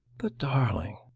the darling!